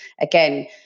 again